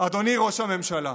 אדוני ראש הממשלה,